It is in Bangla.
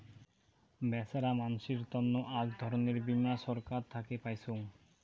বেছেরা মানসির তন্ন আক ধরণের বীমা ছরকার থাকে পাইচুঙ